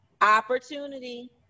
Opportunity